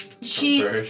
She-